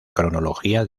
cronología